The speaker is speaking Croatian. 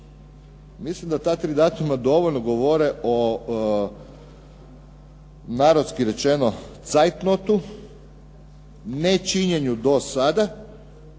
Mislim da ta tri datuma dovoljno govore o narodni rečeno cajtnotu, nečinjenju do sada